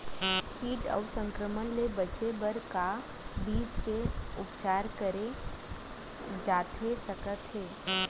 किट अऊ संक्रमण ले बचे बर का बीज के उपचार करे जाथे सकत हे?